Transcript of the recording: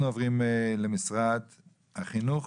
אנחנו עוברים למשרד החינוך.